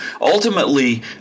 Ultimately